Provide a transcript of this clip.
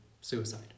suicide